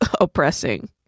oppressing